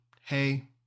Hey